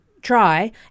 Try